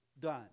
done